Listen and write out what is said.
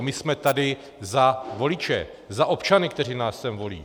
My jsme tady za voliče, za občany, kteří nás sem volí.